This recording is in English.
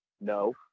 No